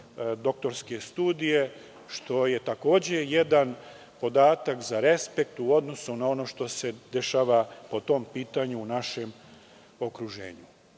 doktorske studije, što je takođe jedan podatak za respekt, u odnosu na ono što se dešava po tom pitanju u našem okruženju. Neke